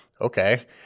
okay